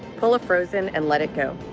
pull a frozen and let it go.